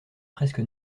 presque